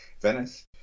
Venice